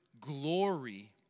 glory